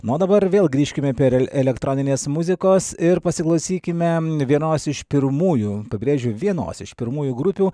na o dabar vėl grįžkime per ele elektroninės muzikos ir pasiklausykime vienos iš pirmųjų pabrėžiu vienos iš pirmųjų grupių